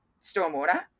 stormwater